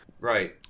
Right